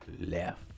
left